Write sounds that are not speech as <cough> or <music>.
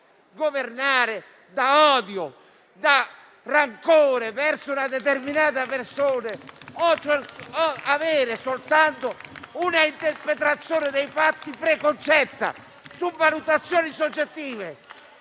governare da odio e rancore verso una determinata persona, <applause> o avere soltanto un'interpretazione dei fatti preconcetta, basata su valutazioni soggettive.